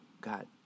God